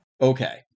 Okay